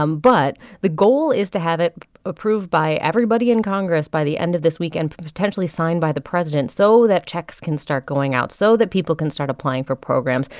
um but the goal is to have it approved by everybody in congress by the end of this week and potentially signed by the president so that checks can start going out, so that people can start applying for programs,